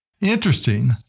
Interesting